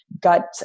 gut